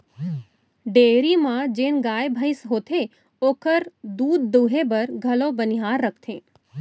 dairy म जेन गाय भईंस होथे ओकर दूद दुहे बर घलौ बनिहार रखथें